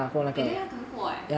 and then 他可能过 leh